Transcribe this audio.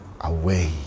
away